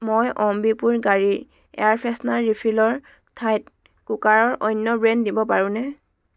মই অম্বিপুৰ গাড়ী air freshener ৰিফিলৰ ঠাইত কুকাৰৰ অন্য ব্ৰেণ্ড দিব পাৰোঁনে